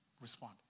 respond